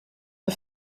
the